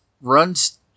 runs